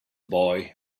boy